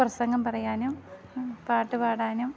പ്രസംഗം പറയാനും പാട്ട് പാടാനും